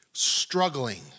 struggling